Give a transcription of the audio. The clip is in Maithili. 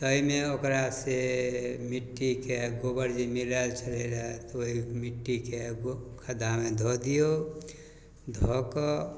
ताहिमे ओकरा से मिट्टीके गोबर जे मिलाएल छलै रहै ओहि मिट्टीके गो खद्दामे धऽ दिऔ धऽ कऽ